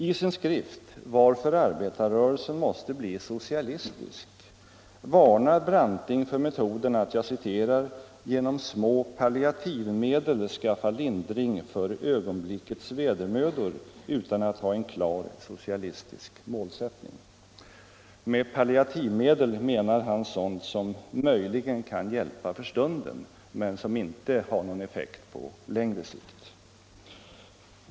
I sin skrift ”Varför arbetarrörelsen måste bli socialistisk” varnar Branting för metoden att ”genom små palliativmedel skaffa lindring för ögonblickets vedermödor” utan att ha en klar socialistisk målsättning. Med palliativmedel menar han sådant som möjligen kan hjälpa för stunden men som inte har någon effekt på längre sikt.